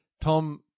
Tom